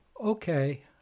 Okay